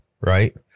Right